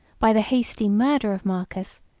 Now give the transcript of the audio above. by the hasty murder of marcus,